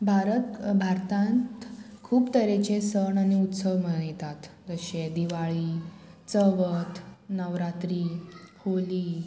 भारत भारतांत खूब तरेचे सण आनी उत्सव मनयतात जशे दिवाळी चवथ नवरात्री होली